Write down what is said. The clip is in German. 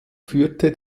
führte